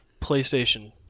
PlayStation